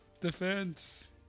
Defense